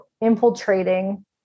infiltrating